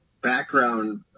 background